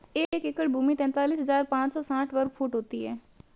एक एकड़ भूमि तैंतालीस हज़ार पांच सौ साठ वर्ग फुट होती है